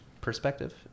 perspective